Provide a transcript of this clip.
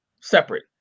separate